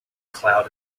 cloud